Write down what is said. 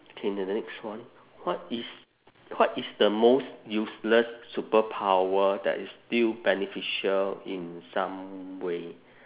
K the next one what is what is the most useless superpower that is still beneficial in some way